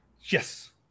Yes